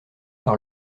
par